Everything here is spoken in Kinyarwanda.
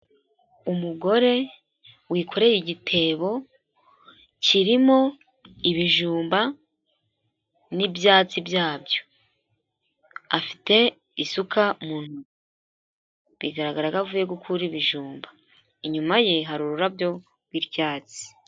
Umugore wikoreye igitebo kirimo ibijumba n'ibyatsi byabyo, afite isuka mu ntoki, bigaragara ko avuye gukura ibijumba, inyuma ye hari ururabyo rw'ibyatsi.